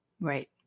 Right